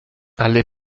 alle